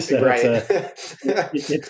Right